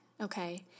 okay